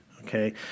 Okay